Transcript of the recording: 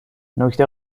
نکته